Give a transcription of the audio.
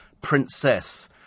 Princess